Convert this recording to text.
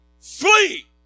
flee